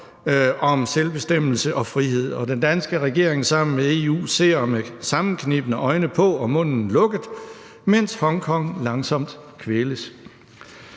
om selvbestemmelse og frihed, og den danske regering sammen med EU ser med sammenknebne øjne og munden lukket på, mens Hongkong langsomt kvæles.